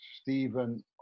Stephen